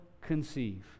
conceive